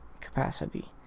capacity